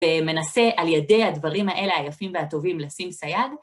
ומנסה על ידי הדברים האלה היפים והטובים לשים סייד.